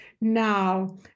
Now